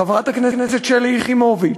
חברת הכנסת שלי יחימוביץ,